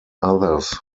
others